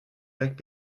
jacques